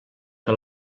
que